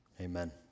Amen